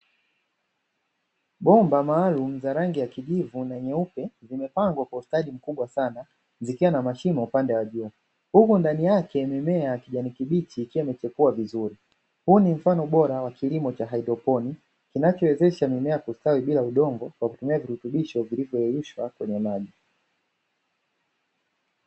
Bomba maalumu za rangi ya kijivu na nyeupe zimepangwa kwa ustadi mkubwa sana zikiwa na mashimo upande wa juu, huku ndani yake mimea ya kijani kibichi ikiwa imechipua vizuri, huu ni mfano bora wa kilimo cha haidroponi kinachowezesha mimea kustawi bila udongo kwa kutumia virutubisho vilivyoyeyushwa kwenye maji.